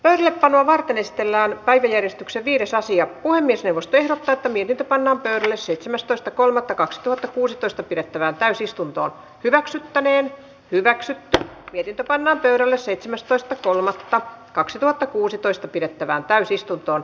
vähi panoa varten esitellään kaiken edistyksen viides asiat puhemies hevosten pätevin tapana vähätellä seitsemästoista kolmatta kaksitoista kuusitoista pidettävään täysistunto hyväksyttäneen hyväksytty viritä panna verolle seitsemästoista kolmannetta kaksituhattakuusitoista pidettävään täysistuntoon